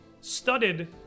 studded